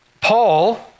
Paul